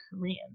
Korean